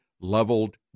leveled